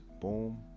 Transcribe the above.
boom